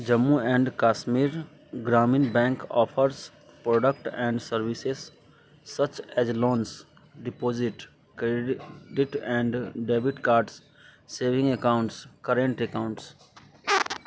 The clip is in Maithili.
Jammu and Kashmir Grameen bank offers product and services such as loans deposit credit and debit cards saving accounts current accounts